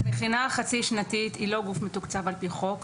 המכינה החצי-שנתית היא לא גוף מתוקצב על פי חוק.